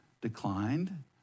declined